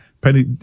Penny